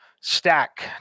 stack